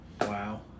Wow